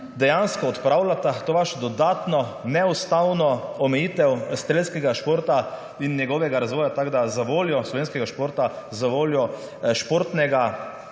dejansko odpravljata to vašo dodatno neustavno omejitev strelskega športa in njegovega razvoja. Tako za voljo slovenskega športa, za voljo strelskega